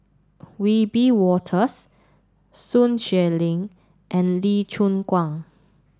Wiebe Wolters Sun Xueling and Lee Choon Guan